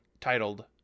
titled